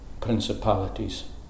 principalities